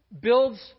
builds